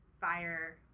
fire